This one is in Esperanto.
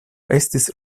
estis